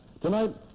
Tonight